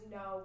no